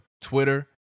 Twitter